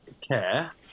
Care